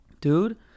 Dude